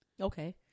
Okay